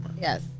Yes